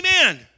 amen